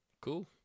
Cool